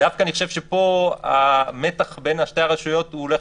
אני חושב שהמתח בין שתי הרשויות הולך